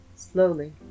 Slowly